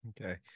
Okay